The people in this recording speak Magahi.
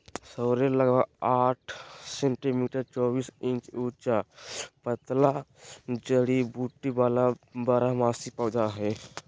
सॉरेल लगभग साठ सेंटीमीटर चौबीस इंच ऊंचा पतला जड़ी बूटी वाला बारहमासी पौधा हइ